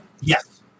Yes